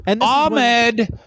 Ahmed